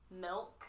milk